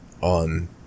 on